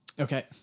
Okay